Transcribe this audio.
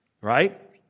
right